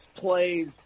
plays